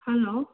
hello